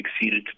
exceeded